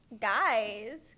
Guys